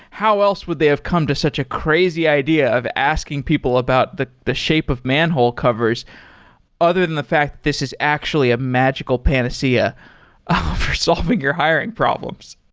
how else would they have come to such a crazy idea of asking people about the the shape of manhole covers other than the fact that this is actually a magical panacea for solving your hiring problems?